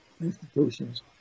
institutions